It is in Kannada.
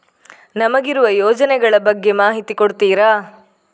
ನಮಗಿರುವ ಯೋಜನೆಗಳ ಬಗ್ಗೆ ಮಾಹಿತಿ ಕೊಡ್ತೀರಾ?